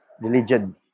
Religion